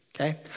Okay